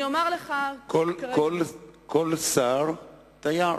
כל שר תייר.